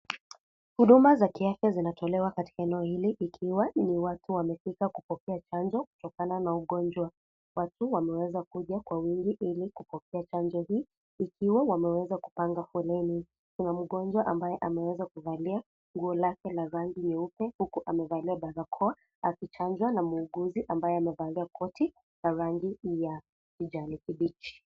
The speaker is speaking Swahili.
Huduma za kiafya zinatolewa katika eneo hili ikiwa ni watu wamefika kupokea chanjo kutokana na ugonjwa. Watu wameweza kuja kwa wingi ili kupokea chanjo hii wakiwa wapanga foleni. Kuna mgonjwa ambaye ameweza kuvalia nguo lake la rangi nyeupe huku amevalia barakoa akichanjwa na mwuguzi ambaye amevalia koti la rangi ya kijani kibichi.